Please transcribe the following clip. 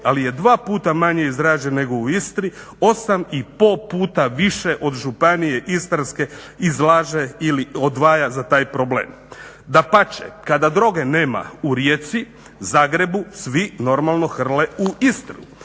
ali je 2 puta manje izražen nego u Istri, 8 i pol puta više od Županije istarske izlaže ili odvaja za taj problem. Dapače, kada droge nema u Rijeci, Zagrebu svi normalno hrle u Istru.